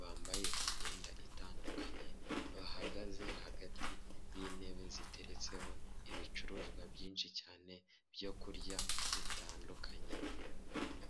bambaye imyenda itandukanye bahagaze hagati y'intebe ziteretseho ibicuruzwa byinshi cyane byokurya bitandukanye.